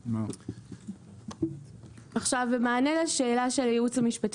חושבים שבמסגרת לוח הזמנים של חוק ההסדרים זה מה שצריך לקדם כרגע,